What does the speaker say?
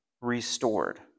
restored